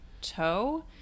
toe